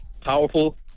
powerful